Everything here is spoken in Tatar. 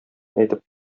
әйтеп